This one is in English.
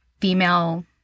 female